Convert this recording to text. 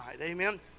amen